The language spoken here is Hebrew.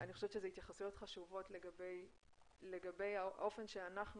אני חושבת שאלה התייחסויות חשובות לגבי האופן שאנחנו